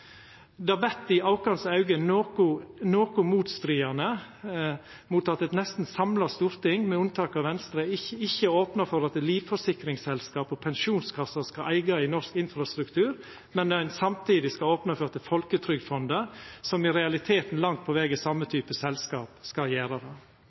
Det vert i våre auge noko motstridande at eit nesten samla storting, med unntak av Venstre, ikkje opnar for at livsforsikringsselskap og pensjonskassar skal eiga i norsk infrastruktur, men at ein samtidig skal opna for at Folketrygdfondet, som i realiteten langt på veg er same